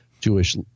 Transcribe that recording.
Jewish